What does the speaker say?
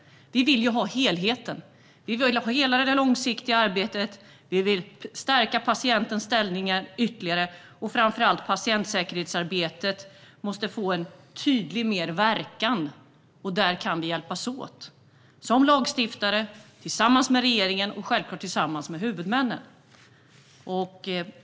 Vi vill ha helheten. Vi vill ha hela det långsiktiga arbetet. Vi vill stärka patientens ställning ytterligare. Framför allt måste patientsäkerhetsarbetet få en tydlig verkan. Där kan vi hjälpas åt som lagstiftare tillsammans med regeringen och självklart tillsammans med huvudmännen.